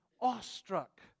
awestruck